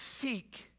seek